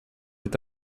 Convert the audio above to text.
est